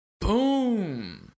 Boom